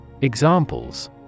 Examples